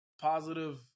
positive